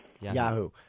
Yahoo